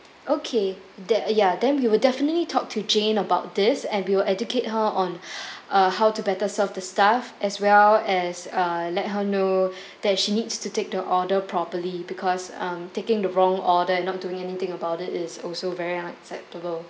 okay then uh ya then we would definitely talk to jane about this and we will educate her on uh how to better serve the staff as well as uh let her know that she needs to take the order properly because um taking the wrong order and not doing anything about it is also very unacceptable